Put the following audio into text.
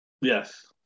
Yes